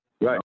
right